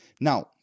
Now